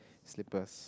slippers